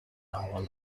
hour